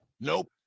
Nope